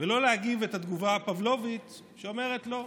ולא להגיב את התגובה הפבלובית שאומרת "לא".